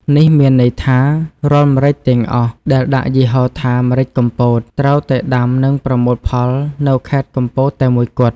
នេះមានន័យថារាល់ម្រេចទាំងអស់ដែលដាក់យីហោថា “ម្រេចកំពត” ត្រូវតែដាំ និងប្រមូលផល នៅខេត្តកំពតតែមួយគត់។